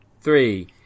three